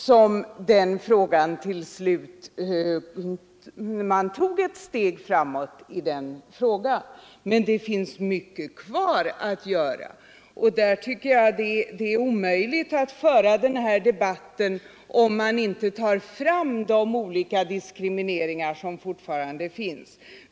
Men det finns mycket kvar att göra, och det är omöjligt att föra denna debatt om man inte tar fram de olika diskrimineringar som fortfarande undanröja ekonomisk diskriminering av äktenskapet undanröja ekonomisk diskriminering av äktenskapet finns.